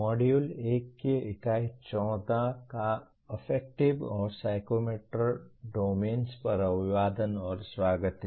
module 1 की इकाई 14 का अफेक्टिव और साइकोमोटर डोमेन्स पर अभिवादन और स्वागत है